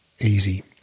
easy